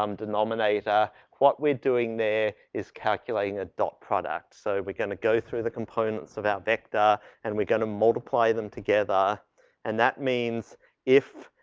um denominator. what we're doing there is calculating a dot product. so, we're gonna go through the components of our vector and we're gonna multiply them together and that means if